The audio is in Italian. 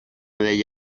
degli